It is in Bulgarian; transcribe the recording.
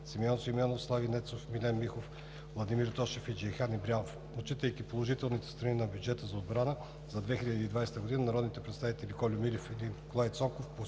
Симеон Симеонов, Слави Нецов, Милен Михов, Владимир Тошев и Джейхан Ибрямов. Отчитайки положителните страни на бюджета за отбрана за 2020 г., народните представители Кольо Милев и Николай Цонков